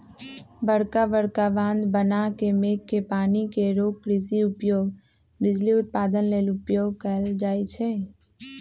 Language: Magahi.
बरका बरका बांह बना के मेघ के पानी के रोक कृषि उपयोग, बिजली उत्पादन लेल उपयोग कएल जाइ छइ